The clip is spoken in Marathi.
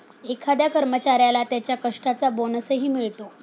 एखाद्या कर्मचाऱ्याला त्याच्या कष्टाचा बोनसही मिळतो